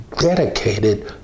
dedicated